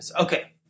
Okay